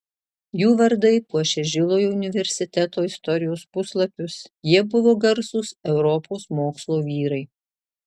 jų vardai puošia žilojo universiteto istorijos puslapius jie buvo garsūs europos mokslo vyrai